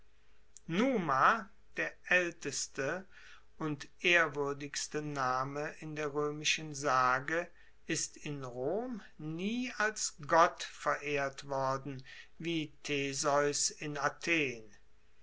numa der aelteste und ehrwuerdigste name in der roemischen sage ist in rom nie als gott verehrt worden wie theseus in athen